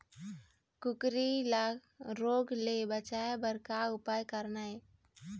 कुकरी ला रोग ले बचाए बर का उपाय करना ये?